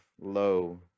low